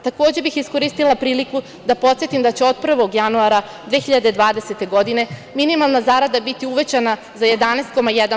Takođe bih iskoristila priliku da podsetim da će od 1. januara 2020. godine minimalna zarada biti uvećana za 11,1%